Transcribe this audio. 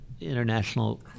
international